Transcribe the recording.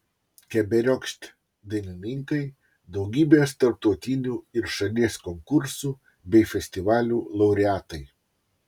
keberiokšt dainininkai daugybės tarptautinių ir šalies konkursų bei festivalių laureatai